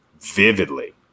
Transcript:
vividly